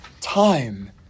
time